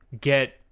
get